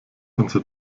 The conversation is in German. unser